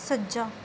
ਸੱਜਾ